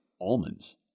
almonds